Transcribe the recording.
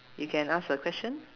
you can ask a question